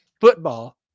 football